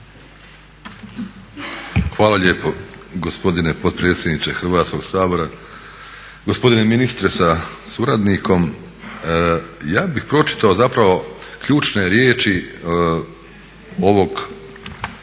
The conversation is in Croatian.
Hvala lijepo gospodine potpredsjedniče Hrvatskog sabora, gospodine ministre sa suradnikom. Ja bih pročitao zapravo ključne riječi ovog